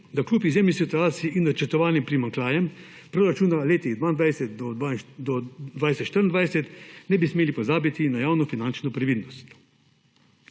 da kljub izjemni situaciji in načrtovanim primanjkljajem v proračunu za leta od 2022 do 2024 ne bi smeli pozabiti na javnofinančno previdnost.